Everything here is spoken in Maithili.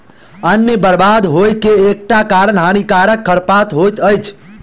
अन्नक बर्बाद होइ के एकटा कारण हानिकारक खरपात होइत अछि